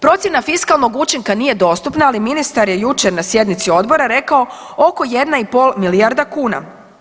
Procjena fiskalnog učinka nije dostupna, ali ministar je jučer na sjednici odbora rekao oko 1,5 milijarda kuna.